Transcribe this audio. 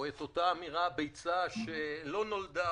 או את אותה אמירה: ביצה שלא נולדה,